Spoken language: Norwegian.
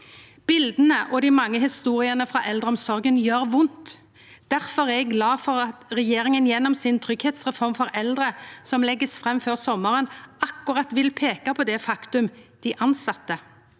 Bileta og dei mange historiene frå eldreomsorga gjer vondt. Difor er eg glad for at regjeringa gjennom sin tryggleiksreform for eldre, som blir lagd fram før sommaren, akkurat vil peike på faktumet dei tilsette.